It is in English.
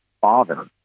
father